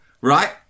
right